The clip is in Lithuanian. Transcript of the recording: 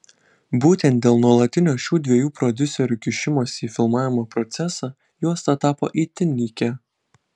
būtent dėl nuolatinio šių dviejų prodiuserių kišimosi į filmavimo procesą juosta tapo itin nykia